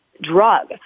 drug